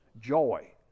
joy